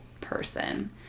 person